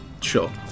Sure